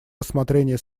рассмотрения